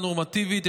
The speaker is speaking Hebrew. נורמטיבית,